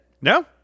No